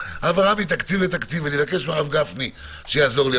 מתקציב לתקציב - אבקש מהרב גפני שיעזור לי,